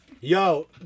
Yo